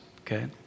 okay